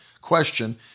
question